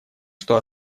что